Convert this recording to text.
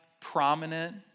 prominent